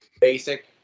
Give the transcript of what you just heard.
basic